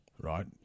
right